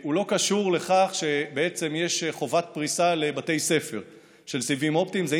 הוא לא קשור לכך שבעצם יש חובת פריסה של סיבים אופטיים בבתי ספר,